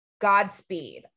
godspeed